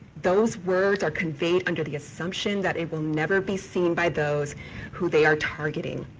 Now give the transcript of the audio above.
those words are conveyed under the assumption that it will never be seen by those who they are targeting.